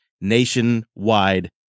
nationwide